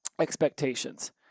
expectations